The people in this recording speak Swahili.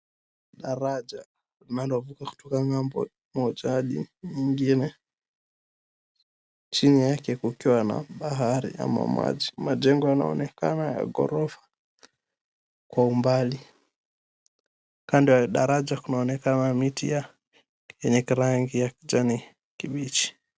Daraja linalovuka kutoka ng'ambo moja hadi nyingine. Chini yake kukiwa na bahari au maji. Majengo yanaonekana ya ghorofa kwa umbali, kando ya daraja kunaonekana miti yenye rangi ya kijani kibichi.